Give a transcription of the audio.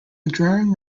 drawing